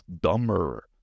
dumber